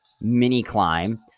mini-climb